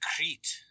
Crete